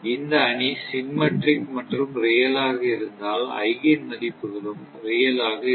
இந்த அணி சிம்மெட்ரிக் மற்றும் ரியல் ஆக இருந்தால் ஐகேன் மதிப்புகளும் ரியல் ஆக இருக்கும்